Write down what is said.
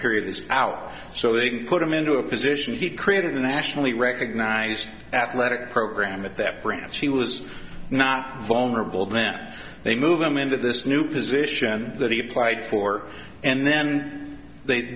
period this out so they can put him into a position he created the nationally recognized athletic program at that branch he was not vulnerable that they move them into this new position that he applied for and then they